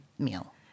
meal